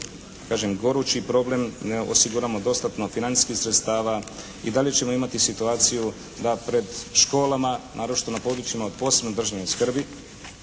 kažem gorući problem, ne osiguramo dostatno financijskih sredstava i dalje ćemo imati situaciju da pred školama, naročito na područjima od posebne državne skrbi,